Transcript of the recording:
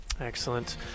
Excellent